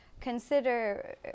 consider